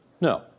No